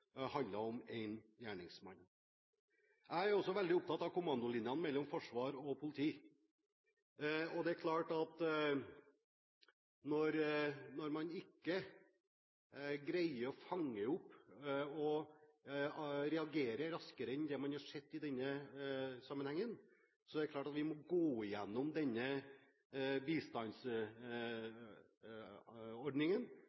om én gjerningsmann. Jeg er også veldig opptatt av kommandolinjene mellom Forsvaret og politiet. Når man ikke greier å fange opp og reagere raskere enn det man har sett i dette tilfellet, må vi gå igjennom denne bistandsordningen og se på hvorvidt vi kan hente ut noe kortere responstid her. Når man skal gå